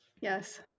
Yes